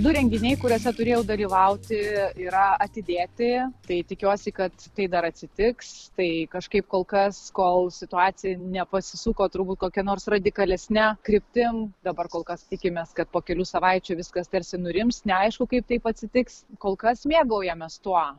du renginiai kuriuose turėjau dalyvauti yra atidėti tai tikiuosi kad tai dar atsitiks tai kažkaip kol kas kol situacija nepasisuko turbūt kokia nors radikalesne kryptim dabar kol kas tikimės kad po kelių savaičių viskas tarsi nurims neaišku kaip taip atsitiks kol kas mėgaujamės tuo